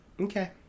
Okay